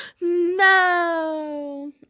No